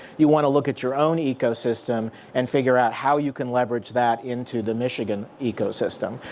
you want to look at your own ecosystem. and figure out how you can leverage that into the michigan ecosystem.